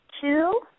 two